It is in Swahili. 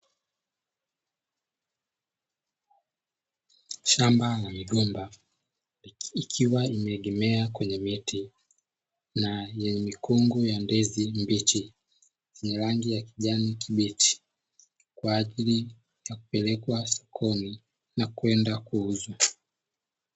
Shamba la migomba ikiwa imeegemea kwenye miti, na yenye mikungu ya ndizi mbichi zenye rangi ya kijani kibichi, kwa ajili ya kupelekwa sokoni na kwenda kuuzwa.